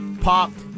popped